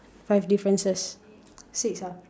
five differences six ah